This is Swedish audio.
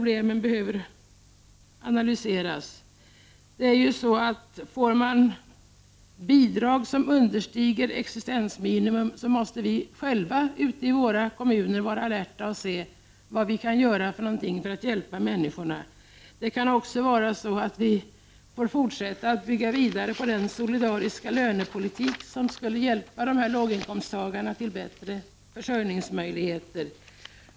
Blir det aktuellt med bidrag som understiger existensminimum måste vi själva ute i våra kommuner vara alerta och se vad vi kan göra för att hjälpa människor. Vi får kanske också fortsätta att bygga vidare på den solidariska lönepolitik som skulle kunna hjälpa låginkomsttagarna till bättre försörjningsmöjligheter.